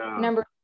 number